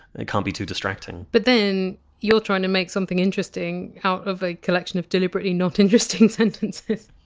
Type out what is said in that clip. it can't be too distracting but then you're trying to make something interesting out of a collection of deliberately not interesting sentences